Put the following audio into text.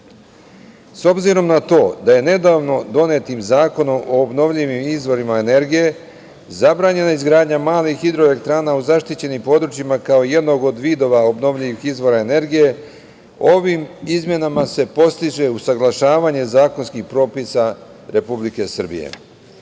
obzirom na to da je nedavno donetim zakonom o obnovljivim izvorima energije zabranjena izgradnja malih hidroelektrana u zaštićenim područjima kao jednog od vidova obnovljivih izvora energije, ovim izmenama se postiže usaglašavanje zakonskih propisa Republike Srbije.Zaštita